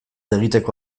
egiteko